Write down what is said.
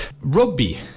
rugby